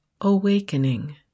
awakening